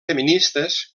feministes